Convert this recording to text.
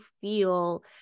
feel